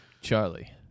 Charlie